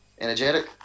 energetic